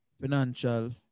Financial